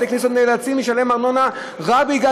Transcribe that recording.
בתי-כנסיות נאלצים לשלם ארנונה רק מפני